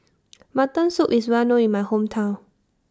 Mutton Soup IS Well known in My Hometown